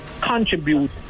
contribute